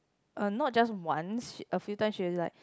uh not just once a few times she was like